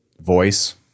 voice